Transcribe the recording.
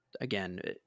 again